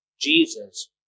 Jesus